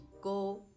go